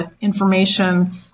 information